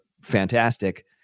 fantastic